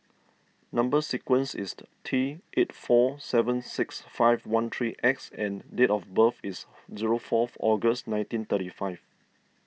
Number Sequence is T eight four seven six five one three X and date of birth is zero four August nineteen thirty five